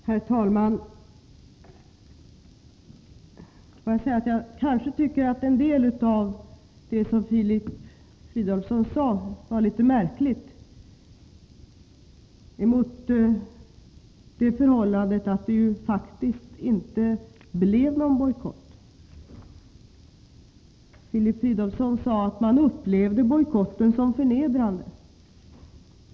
Herr talman! Låt mig säga att jag tycker att en del av det som Filip Fridolfsson sade var litet märkligt mot bakgrund av det förhållandet att det ju faktiskt inte blev någon bojkott. Filip Fridolfsson sade att man upplevde bojkotten som förnedrande.